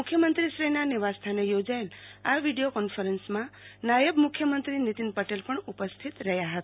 મુ ખ્યમંત્રીશ્રીના નિવાસ્થાને યોજાયેલ આ વિડિયો કોન્ફરન્સમાં નાયબ મુખ્યમંત્રી નિતિન પટેલ પણ ઉપસ્થિત રહ્યા હતા